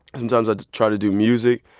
sometimes i try to do music,